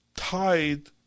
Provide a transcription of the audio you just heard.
Tied